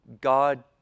God